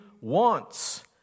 wants